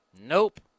Nope